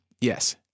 Yes